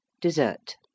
Dessert